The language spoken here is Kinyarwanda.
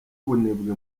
ubunebwe